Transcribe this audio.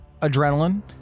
adrenaline